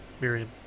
Miriam